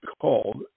called